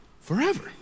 forever